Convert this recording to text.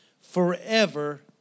forever